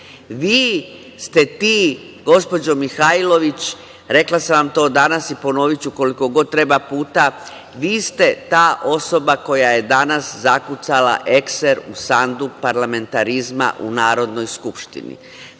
ste ti gospođo Mihajlović, rekla sam vam to danas i ponoviću koliko god treba puta, vi ste ta osoba koja je danas zakucala ekser u sanduk parlamentarizma u Narodnoj skupštini. Hvali